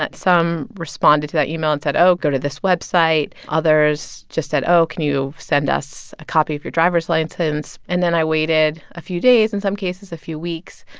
some responded to that email and said, oh, go to this website others just said, oh, can you send us a copy of your driver's license? and then i waited a few days, in some cases a few weeks.